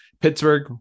Pittsburgh